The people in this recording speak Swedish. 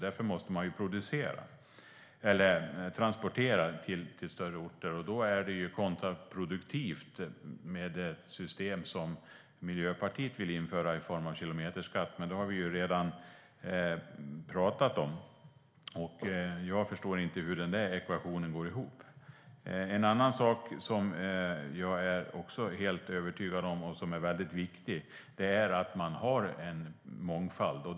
Därför måste man transportera det till större orter. Då är det kontraproduktivt med det system Miljöpartiet vill införa i form av kilometerskatt. Men det har vi redan talat om, och jag förstår inte hur ekvationen går ihop. Jag är övertygad om vikten av att ha en mångfald.